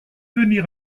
venir